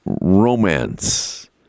romance